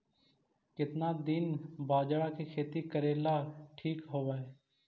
केतना दिन बाजरा के खेती करेला ठिक होवहइ?